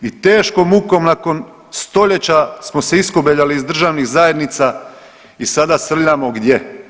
I teškom mukom nakon stoljeća smo se iskobeljali iz državnih zajednica i sada srljamo gdje?